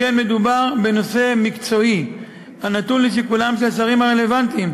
שכן מדובר בנושא מקצועי הנתון לשיקולם של השרים הרלוונטיים,